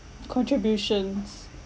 contributions